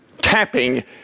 tapping